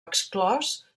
exclòs